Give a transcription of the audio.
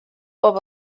bob